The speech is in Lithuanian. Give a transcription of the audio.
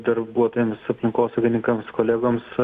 darbuotojams aplinkosaugininkams kolegoms